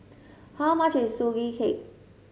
how much is Sugee Cake